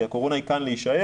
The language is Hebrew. כי הקורונה היא כאן להישאר,